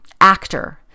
actor